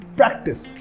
practice